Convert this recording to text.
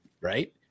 Right